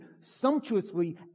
sumptuously